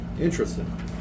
interesting